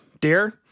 dear